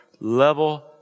Level